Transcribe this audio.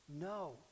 No